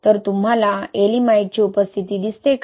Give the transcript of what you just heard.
तर तुम्हाला येएलिमाइटची उपस्थिती दिसते का